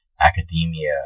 academia